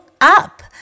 up